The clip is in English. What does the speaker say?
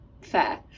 fair